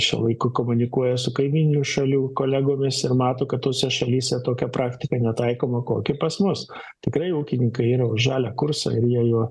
šiuo laiku komunikuoja su kaimyninių šalių kolegomis ir mato kad tose šalyse tokia praktika netaikoma kokį pas mus tikrai ūkininkai yra už žalią kursą ir jie jo